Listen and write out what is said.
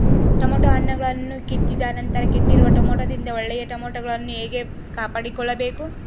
Tomato ಹಣ್ಣುಗಳನ್ನು ಕಿತ್ತಿದ ನಂತರ ಕೆಟ್ಟಿರುವ ಟೊಮೆಟೊದಿಂದ ಒಳ್ಳೆಯ ಟೊಮೆಟೊಗಳನ್ನು ಹೇಗೆ ಕಾಪಾಡಿಕೊಳ್ಳಬೇಕು?